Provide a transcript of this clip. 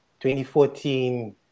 2014